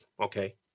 okay